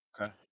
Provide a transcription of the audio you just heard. okay